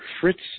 Fritz